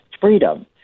freedom